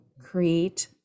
create